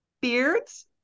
Beards